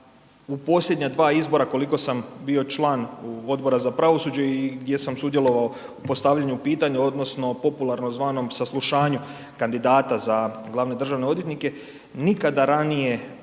u posljednja dva izbora koliko sam bio član Odbora za pravosuđe i gdje sam sudjelovao u postavljanju pitanja odnosno popularnom zvanom saslušanju kandidata za glavne državne odvjetnike, nikada ranije